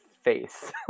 face